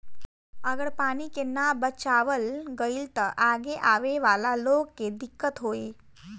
अगर पानी के ना बचावाल गइल त आगे आवे वाला लोग के दिक्कत होई